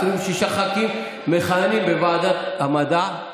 26 ח"כים מכהנים בוועדת המדע,